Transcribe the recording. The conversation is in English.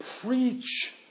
preach